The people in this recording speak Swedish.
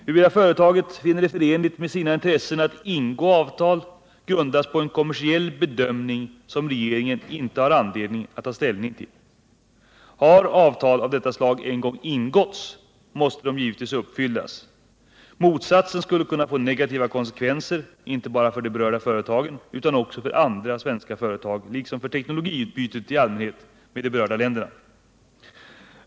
Huruvida företaget finner det förenligt med sina intressen att ingå avtal grundas på en kommersiell bedömning som regeringen ej har anledning att ta ställning till. Har avtal av detta slag en gång ingåtts måste det givetvis uppfyllas. Motsatsen skulle kunna få negativa konsekvenser inte bara för det berörda företaget utan också för andra svenska företag, liksom för teknologiutbytet i allmänhet med de berörda länderna.